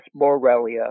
Borrelia